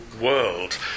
world